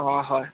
অঁ হয়